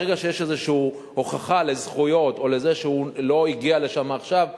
ברגע שיש איזו הוכחה על זכויות או על זה שהוא לא הגיע לשם עכשיו,